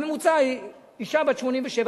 הממוצע הוא אשה בת 87,